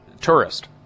tourist